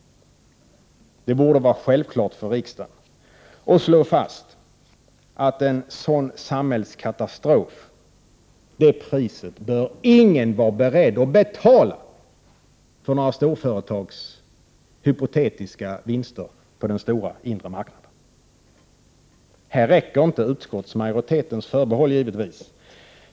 Det borde vara självklart för riksdagen att slå fast att det priset bör ingen vara beredd att betala för några storföretags hypotetiska vinster på den stora inre marknaden. Här räcker inte utskottsmajoritetens förbehåll, givetvis.